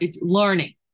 learning